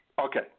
Okay